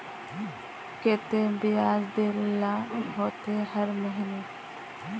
केते बियाज देल ला होते हर महीने?